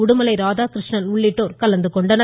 உடுமலை ராதாகிருஷ்ணன் உள்ளிட்டோர் கலந்து கொண்டனர்